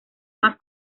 más